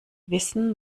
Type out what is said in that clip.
wissen